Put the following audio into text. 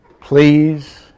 please